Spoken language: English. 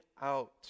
out